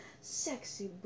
sexy